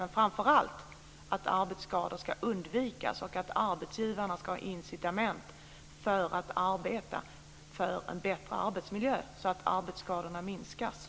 Men framför allt är det viktigt att arbetsskador ska undvikas och att arbetsgivarna ska ha incitament att arbeta för en bättre arbetsmiljö så att arbetsskadorna minskar.